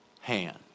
hand